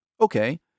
Okay